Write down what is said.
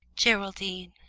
geraldine,